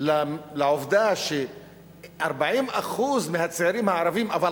לעובדה ש-40% מהצעירים הערבים, אבל